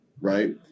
right